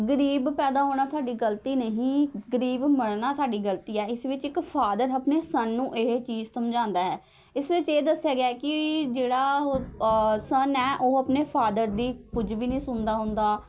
ਗ਼ਰੀਬ ਪੈਦਾ ਹੋਣਾ ਸਾਡੀ ਗਲਤੀ ਨਹੀਂ ਗ਼ਰੀਬ ਮਰਨਾ ਸਾਡੀ ਗਲਤੀ ਹੈ ਇਸ ਵਿੱਚ ਇੱਕ ਫਾਦਰ ਆਪਣੇ ਸੰਨ ਨੂੰ ਇਹ ਚੀਜ਼ ਸਮਝਾਉਂਦਾ ਹੈ ਇਸ ਵਿੱਚ ਇਹ ਦੱਸਿਆ ਗਿਆ ਹੈ ਕਿ ਜਿਹੜਾ ਉਹ ਸੰਨ ਹੈ ਉਹ ਆਪਣੇ ਫਾਦਰ ਦੀ ਕੁਝ ਵੀ ਨਹੀਂ ਸੁਣਦਾ ਹੁੰਦਾ